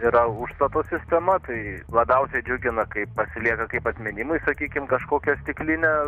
yra užstato sistema tai labiausia džiugina kai pasilieka kaip atminimui sakykim kažkokią stiklinę